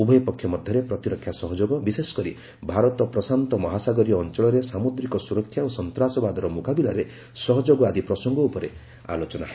ଉଭୟ ପକ୍ଷ ମଧ୍ୟରେ ପ୍ରତିରକ୍ଷା ସହଯୋଗ ବିଶେଷକରି ଭାରତ ପ୍ରଶାନ୍ତ ମହାସାଗରୀୟ ଅଞ୍ଚଳରେ ସାମୁଦ୍ରିକ ସ୍ୱରକ୍ଷା ଓ ସନ୍ତ୍ରାସବାଦର ମୁକାବିଲାରେ ସହଯୋଗ ଆଦି ପ୍ରସଙ୍ଗ ଉପରେ ଆଲୋଚନା ହେବ